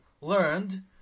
learned